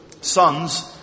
Sons